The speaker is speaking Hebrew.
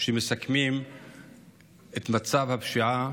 שמסכמים את מצב הפשיעה